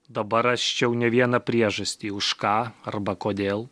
dabar rasčiau ne vieną priežastį už ką arba kodėl